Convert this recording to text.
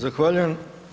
Zahvaljujem.